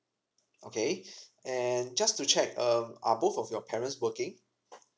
okay and just to check um are both of your parents working